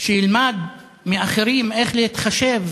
שילמד מאחרים איך להתחשב